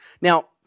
Now